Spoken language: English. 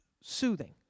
soothing